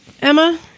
Emma